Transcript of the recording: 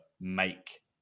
make